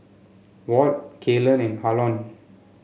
Walt Kaylan and Harlon